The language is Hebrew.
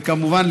וכמובן,